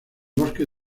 bosque